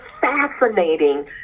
fascinating